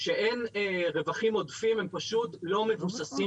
ואין רווחים עודפים הם פשוט לא מבוססים